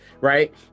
right